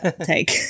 take